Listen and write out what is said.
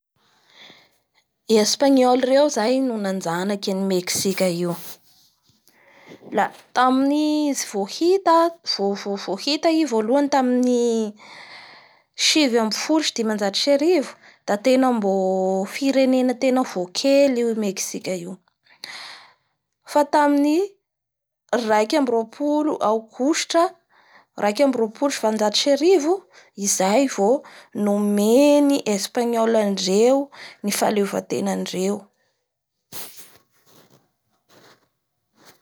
I Espagnole reo zay no nanjanaky an'ny mexique io la tamin'izy vo hita vo-vo hita izy volohany tamin'ny sivy ambin'ny folo ssy dimanjato sy arivoda tena mbo fitenena tena mbo kely i Mexique io fa tamin'ny raika ambin'ny roapolo aogositra rai_ka ambin'ny roapolo sy valonjato sy arivo izay vo nomeny espagnole andreo ny fahaleovantenadreo.